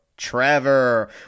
Trevor